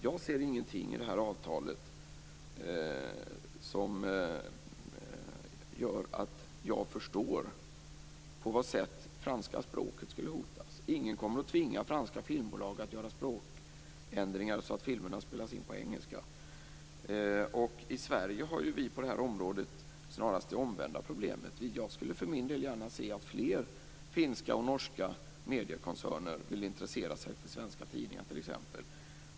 Jag ser ingenting i avtalet som gör att jag förstår på vad sätt franska språket skulle hotas. Ingen kommer att tvinga franska filmbolag att göra språkändringar så att filmerna spelas in på engelska. I Sverige har vi på det här området snarast det omvända problemet. Jag skulle för min del gärna se t.ex. att fler finska och norska mediekoncerner ville intressera sig för svenska tidningar.